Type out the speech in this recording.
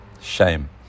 Shame